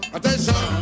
Attention